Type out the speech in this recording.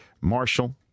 Marshall